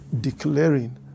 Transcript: declaring